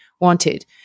wanted